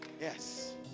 Yes